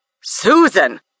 Susan